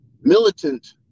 militant